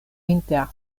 inter